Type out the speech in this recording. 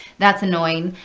that's annoying.